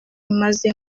imaze